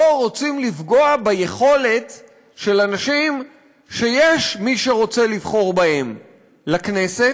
פה רוצים לפגוע ביכולת של אנשים שיש מי שרוצה לבחור בהם לכנסת.